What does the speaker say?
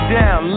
down